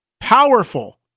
Powerful